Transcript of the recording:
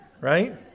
right